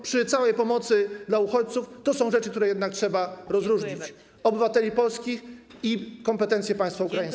Przy całej pomocy dla uchodźców, to są rzeczy, które jednak trzeba rozróżnić: obywateli polskich i kompetencje państwa ukraińskiego.